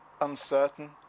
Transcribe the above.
uncertain